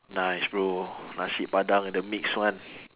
nice bro nasi padang the mix one